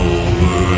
over